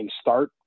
start